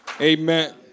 Amen